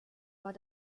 war